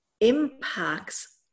impacts